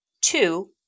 Two